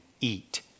eat